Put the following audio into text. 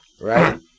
Right